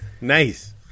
Nice